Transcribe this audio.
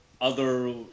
other-